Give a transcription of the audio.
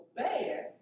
bad